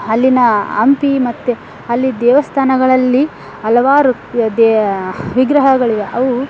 ಅಲ್ಲಿನ ಹಂಪಿ ಮತ್ತು ಅಲ್ಲಿ ದೇವಸ್ಥಾನಗಳಲ್ಲಿ ಹಲವಾರು ದೇ ವಿಗ್ರಹಗಳಿವೆ ಅವು